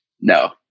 no